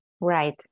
Right